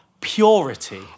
Purity